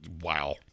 wow